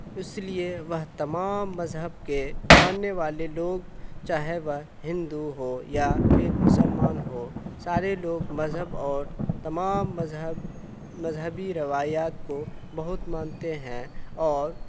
اس لیے وہ تمام مذہب کے ماننے والے لوگ چاہے وہ ہندو ہو یا پھر مسلمان ہو سارے لوگ مذہب اور تمام مذہب مذہبی روایات کو بہت مانتے ہیں اور